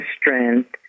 strength